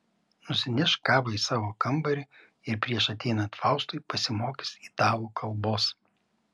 nusineš kavą į savo kambarį ir prieš ateinant faustui pasimokys italų kalbos